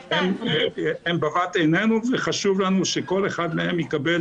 הם בבת עינינו וחשוב לנו שכל אחד מהם יקבל